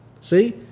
See